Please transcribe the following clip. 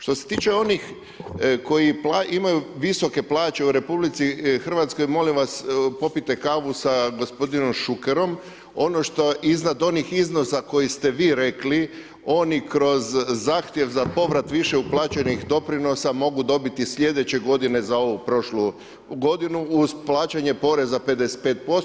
Što se tiče onih koji imaju visoke plaće u RH, molim vas, popijte kavu sa gospodinom Šukerom, ono što iznad onih iznosa koji ste vi rekli, oni kroz zahtjev za povrat više uplaćenih doprinosa mogu dobiti slijedeće godine za ovu prošlu godinu uz plaćanje poreza 55%